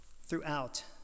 throughout